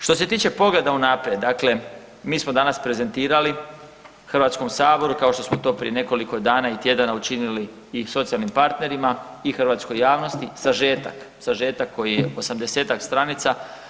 Što se tiče pogleda unaprijed, dakle mi smo danas prezentirali HS-u kao što smo to prije nekoliko dana i tjedana učinili i socijalnim partnerima i hrvatskoj javnosti sažetak, sažetak koji je 80-ak stranica.